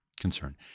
concern